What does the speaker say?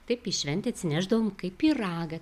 taip į šventę atsinešdavom kaip pyragą